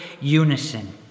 unison